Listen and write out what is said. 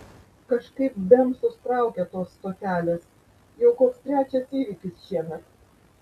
kažkaip bemsus traukia tos stotelės jau koks trečias įvykis šiemet